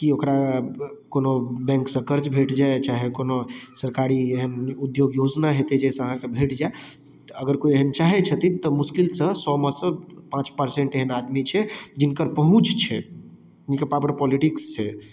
की ओकरा कोनो बैंकसँ कर्ज भेट जाइ चाहे कोनो सरकारी एहन उद्योग योजना हेतै जाहिसँ अहाँके भेट जाय अगर कोइ एहन चाहै छथिन तऽ मुश्किल सँ सए मे सँ पाँच पर्सेंट एहन आदमी छै जिनकर पहुँच छै जिनकर पावर पोलिटिक्स छै